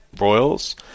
royals